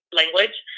language